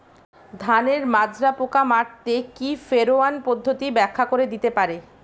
ধানের মাজরা পোকা মারতে কি ফেরোয়ান পদ্ধতি ব্যাখ্যা করে দিতে পারে?